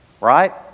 right